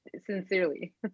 sincerely